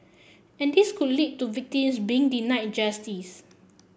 and this could lead to victims being denied justice